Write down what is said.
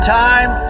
time